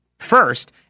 first